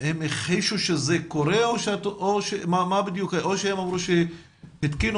הכחישו שזה קורה או שאמרו שהתקינו